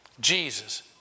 Jesus